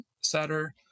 setter